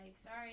sorry